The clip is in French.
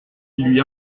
lui